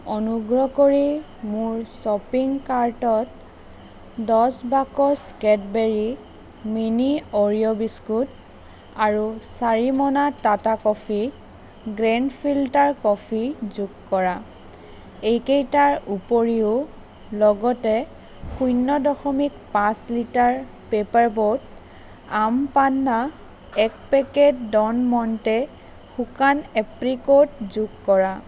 অনুগ্ৰহ কৰি মোৰ শ্বপিং কাৰ্টত দহ box Cadbury mini Oreo biscuit আৰু চাৰি মোনা Tata coffee grand filter coffee যোগ কৰা এইকেইটাৰ উপৰিও লগতে শূন্য দশমিক পাঁচ litre paper boat aam panna এক পেকেট ডেল মণ্টে শুকান এপ্ৰিকোট যোগ কৰা